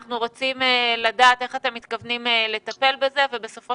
אנחנו רוצים לדעת איך אתם מתכוונים לטפל בזה ובסופו